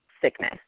sickness